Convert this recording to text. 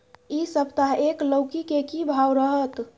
इ सप्ताह एक लौकी के की भाव रहत?